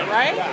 right